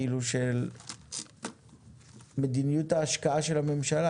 כאלו של מדיניות ההשקעה של הממשלה,